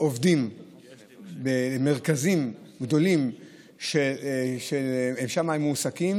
עובדים למרכזים גדולים שבהם הם מועסקים.